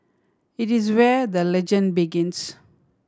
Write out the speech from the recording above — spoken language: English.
it is where the legend begins